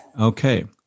Okay